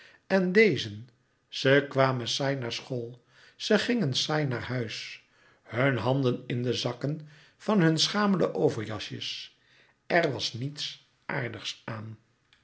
en dezen ze kwamen saai naar school ze gingen saai naar huis hun handen in de zakken van hun schamele overjasjes er was niets aardigs aan